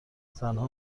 زنها